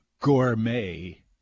gourmet